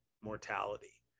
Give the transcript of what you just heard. mortality